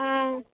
ஆ